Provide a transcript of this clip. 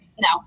No